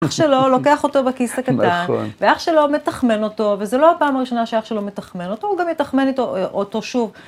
אח שלו לוקח אותו בכיס הקטן, ואח שלו מתחמן אותו, וזה לא הפעם הראשונה שאח שלו מתחמן אותו, הוא גם יתחמן אותו שוב.